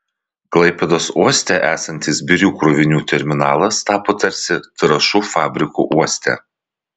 klaipėdos uoste esantis birių krovinių terminalas tapo tarsi trąšų fabriku uoste